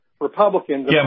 Republicans